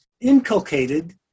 inculcated